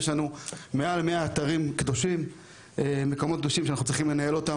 יש לנו מעל 100 אתרים קדושים שאנחנו צריכים לנהל אותם,